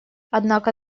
однако